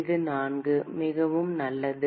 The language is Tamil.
இது 4 மிகவும் நல்லது